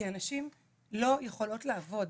כי הנשים לא יכולות לעבוד.